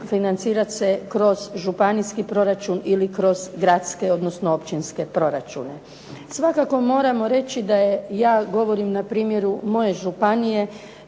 financirati se kroz županijski proračun ili kroz gradske, odnosno općinske proračune. Svakako moramo reći da je govorim na primjeru moje županije,